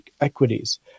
equities